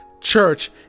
church